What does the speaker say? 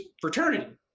fraternity